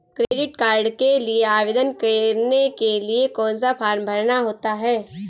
Credit card के लिए आवेदन करने के लिए कौन सा फॉर्म भरना होता है?